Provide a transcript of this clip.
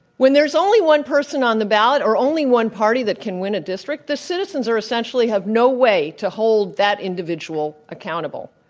there's only one person on the ballot or only one party that can win a district, the citizens are essentially have no way to hold that individual accountable.